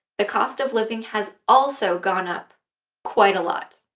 the cost of living has also gone up quite a lot.